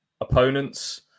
opponents